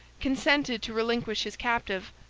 consented to relinquish his captive,